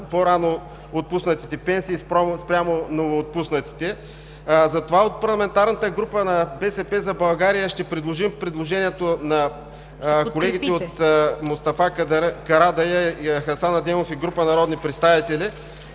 по-рано отпуснатите пенсии спрямо новоотпуснатите. Затова от парламентарната група на „БСП за България“ ще подкрепим предложението на колегите Мустафа Карадайъ, Хасан Адемов и група народни представители